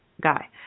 guy